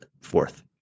fourth